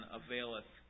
availeth